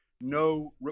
no